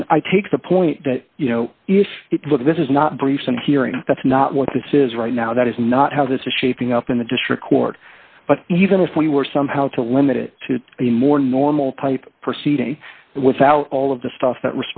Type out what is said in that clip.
then i take the point that you know if this is not brief and hearing that's not what this is right now that is not how this is shaping up in the district court but even if we were somehow to limit it to the more normal type proceeding without all of the stuff that